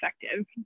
effective